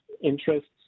interests